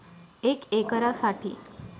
एक एकरसाठी किती किलोग्रॅम गांडूळ खत वापरावे?